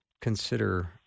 consider